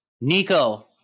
Nico